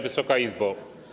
Wysoka Izbo!